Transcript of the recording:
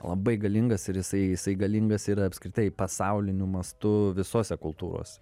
labai galingas ir jisai jisai galingas yra apskritai pasauliniu mastu visose kultūrose